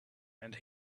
and